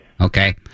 Okay